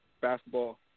basketball